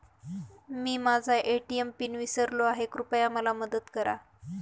मी माझा ATM PIN विसरलो आहे, कृपया मला मदत करा